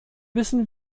wissen